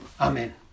Amen